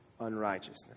unrighteousness